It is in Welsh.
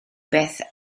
beth